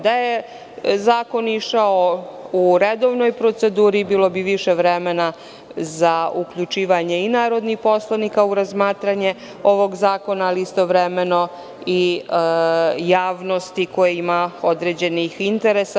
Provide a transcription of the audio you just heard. Da je zakon išao u redovnoj proceduri bilo bi više vremena za uključivanje i narodnih poslanika za razmatranje ovog zakona, ali istovremeno i javnosti koja ima određenih interesa.